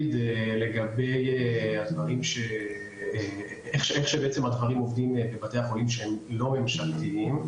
לתאר איך בעצם הדברים עובדים בבתי חולים שהם לא ממשלתיים.